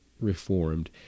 Reformed